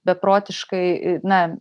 beprotiškai na